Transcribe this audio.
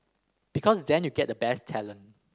because then you get the best talent